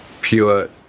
Pure